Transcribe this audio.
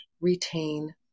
retain